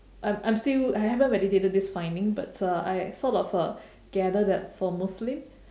I'm I'm still I haven't validated this finding but uh I sort of uh gather that for muslim